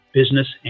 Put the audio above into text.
business